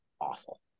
awful